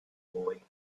boy